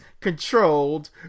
controlled